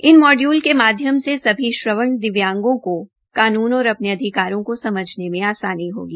इन module के माध्यम सभी श्रवण दिव्यांगों को कानून और अपने अधिकारों को समझने में असानी होगी